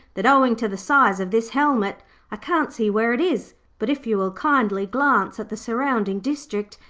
that owing to the size of this helmet i can't see where it is but if you will kindly glance at the surrounding district,